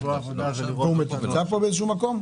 זה מכספי הקורונה.